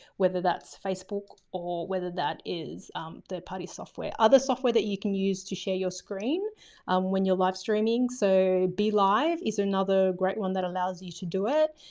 whether that's facebook or whether that is the party software, other software that you can use to share your screen when you're live streaming. so be live is another great one that allows you to do it.